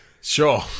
Sure